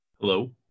Hello